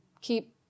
keep